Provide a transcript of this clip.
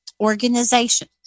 organization